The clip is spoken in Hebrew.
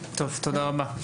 תודה רבה.